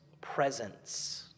presence